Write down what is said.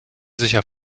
sicher